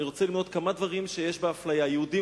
אני רוצה למנות כמה דברים שיש בהם אפליה: יהודים,